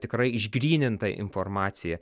tikrai išgrynintą informaciją